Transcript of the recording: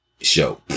Show